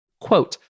quote